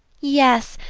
yes,